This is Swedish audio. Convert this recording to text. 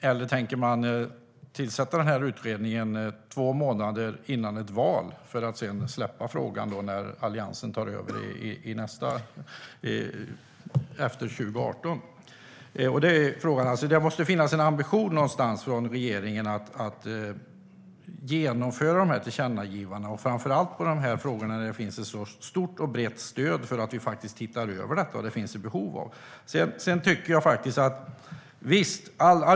Eller tänker man tillsätta den här utredningen två månader före valet för att sedan släppa frågan när Alliansen tar över efter 2018? Det är frågan. Det måste någonstans finnas en ambition från regeringen att genomföra dessa tillkännagivanden, och framför allt i de frågor där det finns ett behov av och ett så stort och brett stöd för att se över detta.